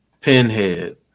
Pinhead